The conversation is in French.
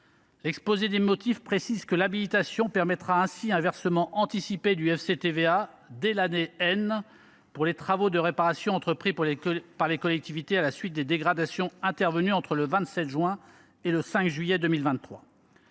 L’exposé des motifs précise que l’habilitation permettra un versement anticipé du FCTVA dès l’année , pour les travaux de réparation entrepris par les collectivités à la suite des dégradations intervenues entre le 27 juin et le 5 juillet 2023.